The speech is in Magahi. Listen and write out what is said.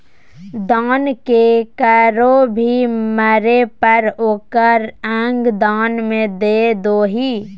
दान केकरो भी मरे पर ओकर अंग दान में दे दो हइ